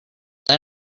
then